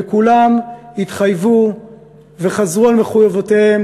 וכולם התחייבו וחזרו על מחויבויותיהם